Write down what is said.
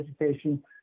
education